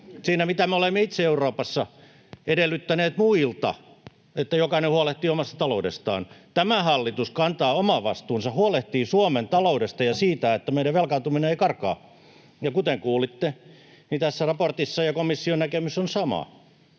siinä, mitä me olemme itse Euroopassa edellyttäneet muilta, että jokainen huolehtii omasta taloudestaan. Tämä hallitus kantaa oman vastuunsa, huolehtii Suomen taloudesta ja siitä, että meidän velkaantuminen ei karkaa. Ja kuten kuulitte, niin tässä raportissa oleva ja komission näkemys ovat samat,